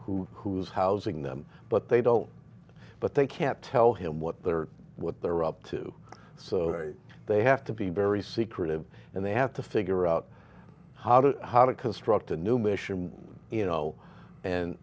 who who is housing them but they don't but they can't tell him what they are what they're up to so they have to be very secretive and they have to figure out how to how to